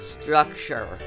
structure